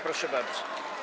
Proszę bardzo.